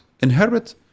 inherit